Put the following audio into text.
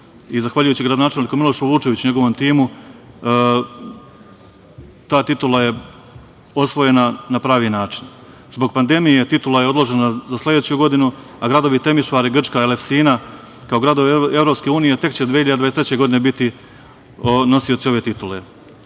i zahvaljujući gradonačelniku Milošu Vučeviću i njegovom timu ta titula je osvojena na pravi način. Zbog pandemije titula je odložena za sledeću godinu, a gradovi Temišvar i grčka Elfsina, kao gradovi EU, tek će 2023. godine biti nosioci ove titule. Od